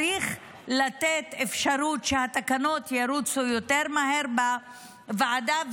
צריך לתת אפשרות שהתקנות ירוצו יותר מהר בוועדה,